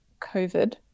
COVID